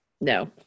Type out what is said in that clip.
No